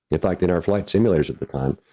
if i did our flight simulators at the time,